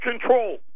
control